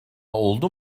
oldu